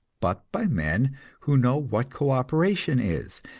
but by men who know what co-operation is,